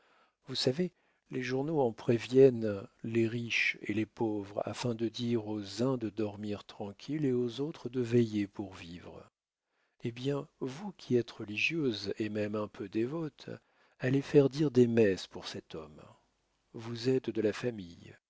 vous savez les journaux en préviennent les riches et les pauvres afin de dire aux uns de dormir tranquilles et aux autres de veiller pour vivre eh bien vous qui êtes religieuse et même un peu dévote allez faire dire des messes pour cet homme vous êtes de la famille